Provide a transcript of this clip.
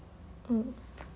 mm